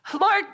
Lord